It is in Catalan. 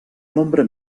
nombre